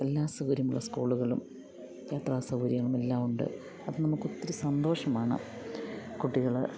എല്ലാ സൗകര്യമുള്ള സ്കൂളുകളും യാത്രാ സൗകര്യങ്ങളും എല്ലാമുണ്ട് അത് നമുക്ക് ഒത്തിരി സന്തോഷമാണ് കുട്ടികൾ